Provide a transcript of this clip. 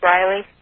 Riley